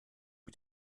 mit